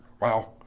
wow